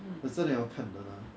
but 真的要看的呢